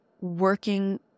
working